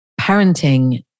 parenting